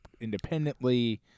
independently